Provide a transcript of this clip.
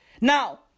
Now